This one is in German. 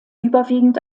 überwiegend